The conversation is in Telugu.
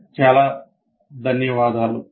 మీ దృష్టికి చాలా ధన్యవాదాలు